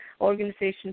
organizations